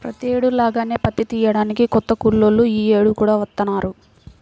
ప్రతేడు లాగానే పత్తి తియ్యడానికి కొత్త కూలోళ్ళు యీ యేడు కూడా వత్తన్నారా